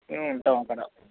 మేము ఉంటాం అక్కడ